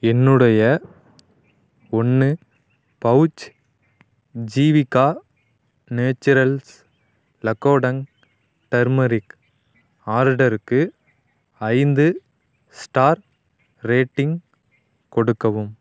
என்னுடைய ஒன்று pouch Jeevika naturals Lakadong turmeric ஆர்டருக்கு ஐந்து ஸ்டார் ரேட்டிங் கொடுக்கவும்